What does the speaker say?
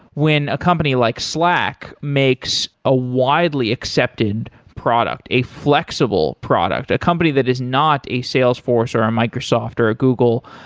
when a company like slack makes a widely accepted product, a flexible product, a company that is not a salesforce, or a microsoft, or a google,